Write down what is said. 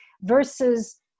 versus